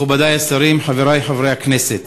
מכובדי השרים, חברי חברי הכנסת,